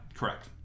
correct